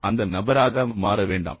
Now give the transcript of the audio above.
அந்த நபராக மாற வேண்டாம்